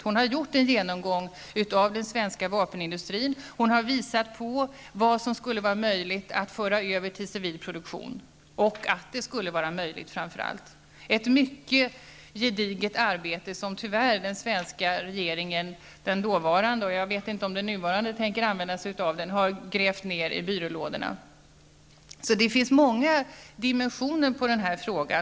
Hon har gjort en genomgång av den svenska vapenindustrin, och hon har visat på vad som skulle vara möjligt att föra över till civil produktion och framför allt att det skulle vara möjligt. Detta är ett mycket gediget arbete som den dåvarande svenska regeringen tyvärr -- jag vet inte om den nuvarande tänker använda sig av den -- har grävt ner i byrålådorna. Det finns alltså många dimensioner på denna fråga.